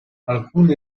alcuni